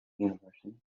university